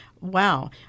Wow